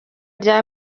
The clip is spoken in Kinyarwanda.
rye